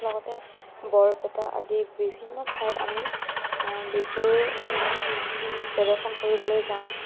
লগতে বৰপেটা আদি বিভিন্ন ঠাইত আমি বিহুৰ প্ৰদৰ্শন কৰিবলৈ যাওঁ